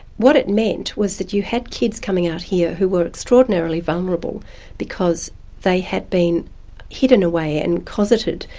what it meant was that you had kids coming out here who were extraordinarily vulnerable because they had been hidden away and cosseted,